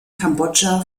kambodscha